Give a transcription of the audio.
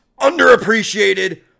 underappreciated